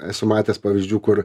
esu matęs pavyzdžių kur